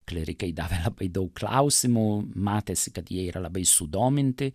klierikai davė labai daug klausimų matėsi kad jie yra labai sudominti